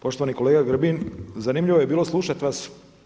Poštovani kolega Grbin zanimljivo je bilo slušati vas.